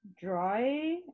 dry